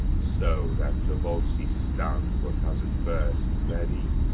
so then the volsces stand but as at first ready,